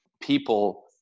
people